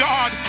God